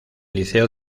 liceo